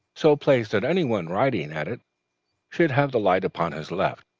so placed that anyone writing at it should have the light upon his left.